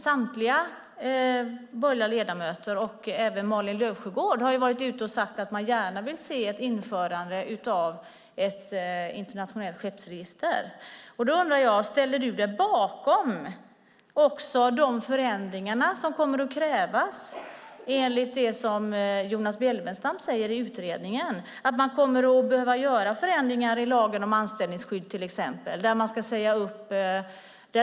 Samtliga borgerliga ledamöter, även Malin Löfsjögård, har varit ute och sagt att man gärna vill se ett införande av ett internationellt skeppsregister. Då undrar jag: Ställer du dig också bakom de förändringar som kommer att krävas, enligt det som Jonas Bjelfvenstam säger i utredningen? Man kommer att behöva göra förändringar i lagen om anställningsskydd, till exempel.